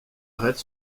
arrête